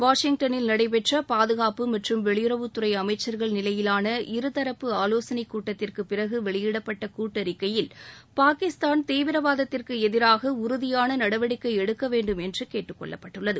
வாஷிங்டனில் நடைபெற்ற பாதுகாப்பு மற்றம் வெளியுறவுத்துறை அமைச்சர்கள் நிலையிலாள இருதரப்பு ஆலோசனைக் கூட்டத்திற்கு பிறகு வெளியிடப்பட்ட கூட்டறிக்கையில் பாகிஸ்தான் தீவிரவாதத்திற்கு எதிராக உறுதியான நடவடிக்கை எடுக்க வேண்டும் என்று கேட்டுக்கொள்ளப்பட்டுள்ளது